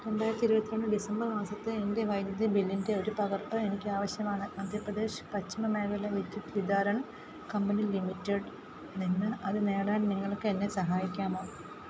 രണ്ടായിരത്തി ഇരുപത്തിരണ്ട് ഡിസംബർ മാസത്തെ എൻ്റെ വൈദ്യുതി ബില്ലിൻ്റെ ഒരു പകർപ്പ് എനിക്ക് ആവശ്യമാണ് മധ്യപ്രദേശ് പശ്ചിമ മേഖല വിദ്യുത് വിതാരൺ കമ്പനി ലിമിറ്റഡ് നിന്ന് അത് നേടാൻ നിങ്ങൾക്ക് എന്നെ സഹായിക്കാമോ